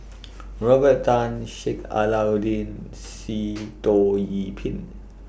Robert Tan Sheik Alauddin and Sitoh Yih Pin